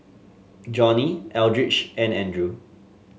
Johnnie Eldridge and Andrew